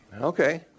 Okay